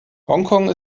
hongkong